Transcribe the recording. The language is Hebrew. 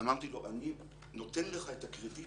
אני נותן לך את הקרדיט